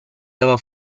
dava